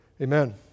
Amen